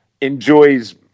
enjoys